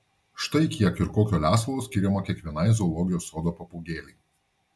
štai kiek ir kokio lesalo skiriama kiekvienai zoologijos sodo papūgėlei